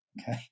Okay